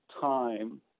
time